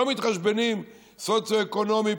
לא מתחשבנים סוציו-אקונומי,